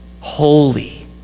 holy